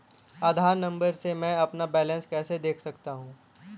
आधार number से मैं अपना बैलेंस कैसे देख सकता हूँ?